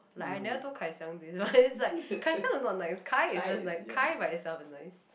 like I never told kai xiang but it's like kai xiang is not nice kai is just nice kai by itself is nice